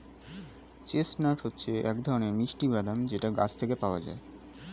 chestnut হচ্ছে এক ধরনের মিষ্টি বাদাম যেটা গাছ থেকে পাওয়া যায়